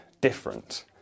different